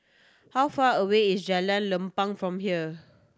how far away is Jalan Lapang from here